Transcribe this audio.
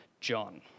John